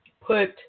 put